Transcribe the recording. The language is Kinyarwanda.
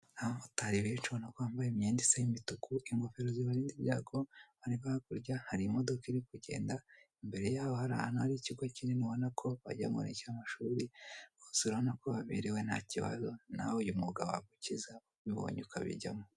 Abamotari benshi ubona ko bambaye imyenda isa yimutuku ingofero zibarinda ibyago hanyuma hakurya hari imodoka iri kugenda imbere yaho hari ahantu hari ikigo kinini ubona ko wagira ngo ni icyamashuri rwose urabona ko baberewe ntakibazo nawe uyu mwuga wagukiza ubibonye ukabijyamo.